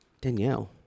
Danielle